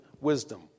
wisdom